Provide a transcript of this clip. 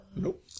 Nope